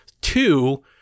Two